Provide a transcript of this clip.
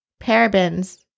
parabens